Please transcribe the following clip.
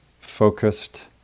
focused